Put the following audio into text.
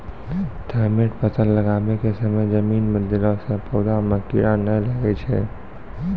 Thimet फ़सल लगाबै के समय जमीन मे देला से पौधा मे कीड़ा नैय लागै छै?